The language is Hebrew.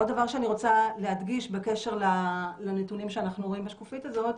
עוד דבר שאני רוצה להדגיש בקשר לנתונים שאנחנו רואים בשקופית הזאת,